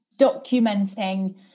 documenting